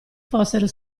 fossero